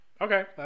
okay